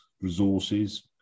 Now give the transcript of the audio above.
resources